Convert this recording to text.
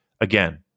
again